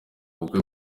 ubukwe